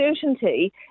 certainty